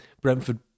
Brentford